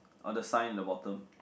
or the sign at the bottom